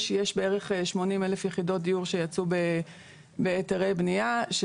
יש בערך 80,000 יחידות דיור שיצאו בהיתרי בנייה.